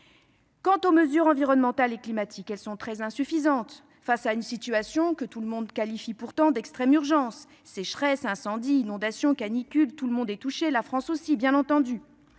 Quant aux mesures environnementales et climatiques, elles sont très insuffisantes face à une situation que tout le monde qualifie pourtant de situation d'extrême urgence. Sécheresses, incendies, inondations, canicule : tout le monde est touché ; la France aussi, bien entendu.